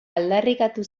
aldarrikatu